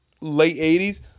late-80s